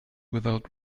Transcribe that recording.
without